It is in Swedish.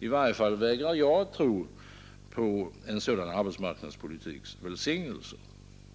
I varje fall vägrar jag att tro på en sådan arbetsmarknadspolitiks välsignelse.